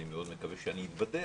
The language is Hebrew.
אני מאוד מקווה שאני התבדה,